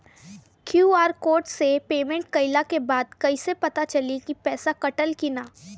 QR code से payment कईला के बाद कईसे पता चली की पैसा कटल की ना?